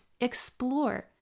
explore